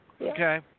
Okay